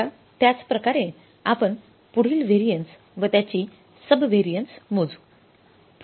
आता त्याच प्रकारे आपण पुढील व्हॅरियन्स व त्याची सबव्हॅरियन्स मोजू